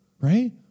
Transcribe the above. right